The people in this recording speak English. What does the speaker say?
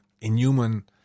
Inhuman